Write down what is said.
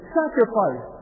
sacrifice